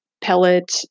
pellet